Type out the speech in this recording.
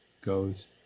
goes